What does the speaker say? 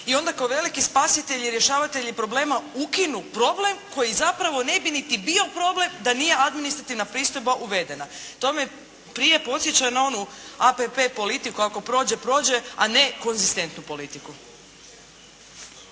i onda kao veliki spasitelji i rješavatelji problema ukinu problem koji zapravo niti ne bi bio problem da nije administrativna pristojba uvedena. To me prije podsjeća na onu app politiku, ako prođe prođe, a ne konzistentnu politiku.